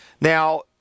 now